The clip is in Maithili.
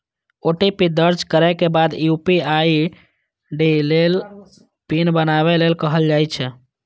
ओ.टी.पी दर्ज करै के बाद यू.पी.आई आई.डी लेल पिन बनाबै लेल कहल जाइ छै